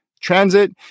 transit